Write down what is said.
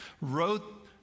wrote